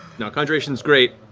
no, conjuration's great,